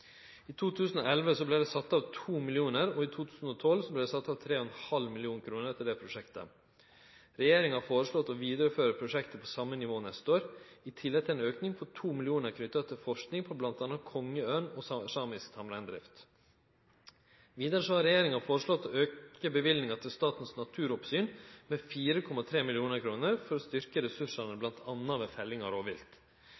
I 2011 vart det sett av 2 mill. kr og i 2012 3,5 mill. kr til dette prosjektet. Regjeringa har føreslått å vidareføre prosjektet på same nivå neste år, i tillegg til ein auke på 2 mill. kr til forsking på bl.a. kongeørn og sørsamisk tamreindrift. Vidare har regjeringa føreslått å auke løyvinga til Statens naturoppsyn med 4,3 mill. kr for å styrkje ressursane